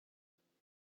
圣殿